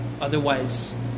Otherwise